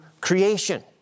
creation